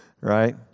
right